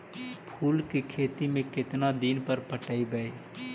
फूल के खेती में केतना दिन पर पटइबै?